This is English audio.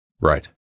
Right